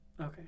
Okay